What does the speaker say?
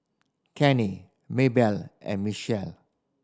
Kenny Mabelle and Michell